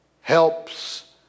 helps